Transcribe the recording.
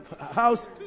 house